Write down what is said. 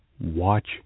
watch